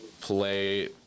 play